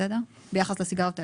ביחס לסיגריות האלקטרוניות.